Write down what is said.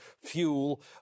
fuel